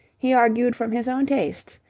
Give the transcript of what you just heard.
he argued from his own tastes,